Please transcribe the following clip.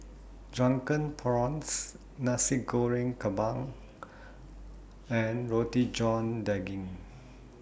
Drunken Prawns Nasi Goreng Kampung and Roti John Daging